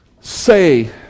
Say